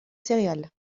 céréales